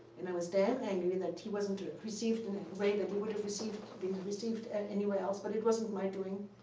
and i was damned angry that he wasn't received in a way that he would've been received and anywhere else. but it wasn't my doing.